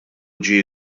ġie